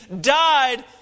died